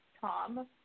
Tom